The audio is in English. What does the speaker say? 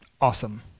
awesome